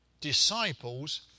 Disciples